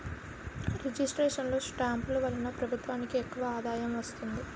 registration లో స్టాంపులు వలన ప్రభుత్వానికి ఎక్కువ ఆదాయం వస్తుంది